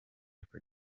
for